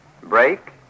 Break